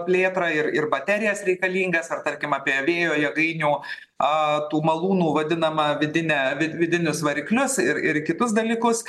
plėtrą ir ir baterijas reikalingas ar tarkim apie vėjo jėgainių a tų malūnų vadinama vidinę vi vidinius variklius ir kitus dalykus